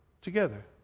together